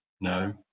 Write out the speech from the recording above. No